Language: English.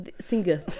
singer